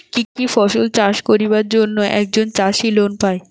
কি কি ফসল চাষ করিবার জন্যে একজন চাষী লোন পায়?